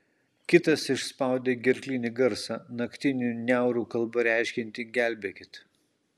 kitas išspaudė gerklinį garsą naktinių niaurų kalba reiškiantį gelbėkit